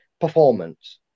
performance